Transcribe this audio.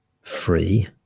free